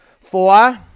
Four